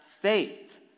faith